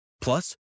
Plus